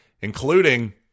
including